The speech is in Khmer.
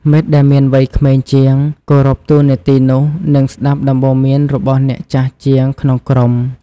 មិត្តដែលមានវ័យក្មេងជាងគោរពតួនាទីនោះ និងស្តាប់ដំបូន្មានរបស់អ្នកចាស់ជាងក្នុងក្រុម។